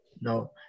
no